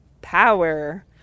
power